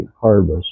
harvest